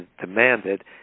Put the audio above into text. demanded